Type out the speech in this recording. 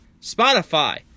Spotify